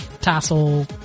tassel